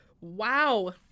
Wow